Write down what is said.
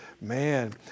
man